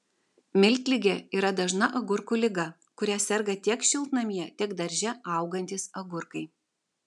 miltligė yra dažna agurkų liga kuria serga tiek šiltnamyje tiek darže augantys agurkai